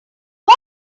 why